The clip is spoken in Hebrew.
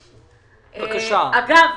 אגב,